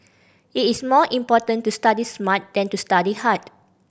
it is more important to study smart than to study hard